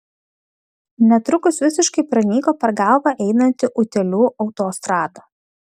netrukus visiškai pranyko per galvą einanti utėlių autostrada